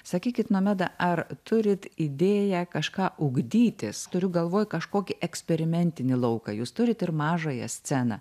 sakykit nomeda ar turit idėją kažką ugdytis turiu galvoj kažkokį eksperimentinį lauką jūs turit ir mažąją sceną